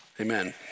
Amen